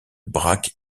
braque